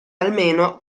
almeno